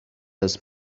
this